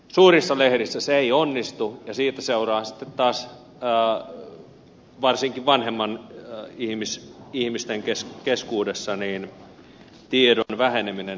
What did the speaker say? suurissa lehdissä se ei onnistu ja siitä seuraa sitten taas varsinkin vanhempien ihmisten keskuudessa tiedon vähenemistä nykytilanteesta